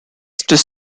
studied